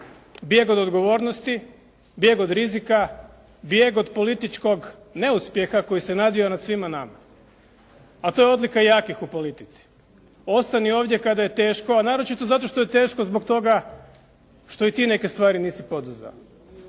bijeg od odgovornosti, bijeg od rizika, bijeg od političkog neuspjeha koji se nadvio nad svima nama, a to je odlika jakih u politici. Ostani ovdje kada je teško, a naročito zato što je teško zbog toga što i ti neke stvari nisi poduzeo.